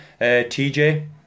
TJ